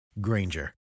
Granger